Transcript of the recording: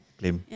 claim